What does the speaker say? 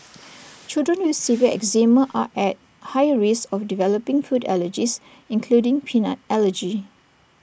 children with severe eczema are at higher risk of developing food allergies including peanut allergy